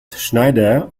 schneider